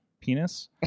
penis